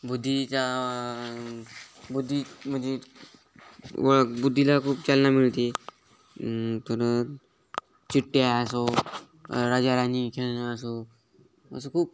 बुद्धीच्या बुद्धी म्हणजे व बुद्धीला खूप चालना मिळते तर चिठ्ठ्या असो राजाराणी खेळणं असो असं खूप